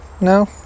no